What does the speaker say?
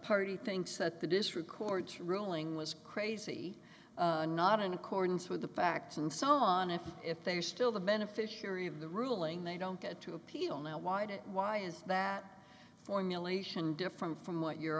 party thinks that the district court's ruling was crazy not in accordance with the facts and so on and if they are still the beneficiary of the ruling they don't get to appeal now why did it why is that formulation different from what you're